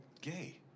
gay